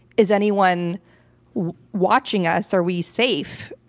is anyone watching us? are we safe?